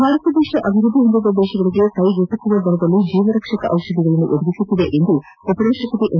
ಭಾರತ ದೇಶವು ಅಭಿವೃದ್ದಿ ಹೊಂದಿದ ದೇಶಗಳಿಗೆ ಕೈಗೆಟುಕುವ ದರದಲ್ಲಿ ಜೀವರಕ್ಷಕ ಔಷಧಿಗಳನ್ನು ನೀಡುತ್ತಿದೆ ಎಂದು ಉಪ ರಾಷ್ಟಪತಿ ಎಂ